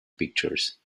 pictures